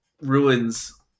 ruins